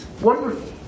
wonderful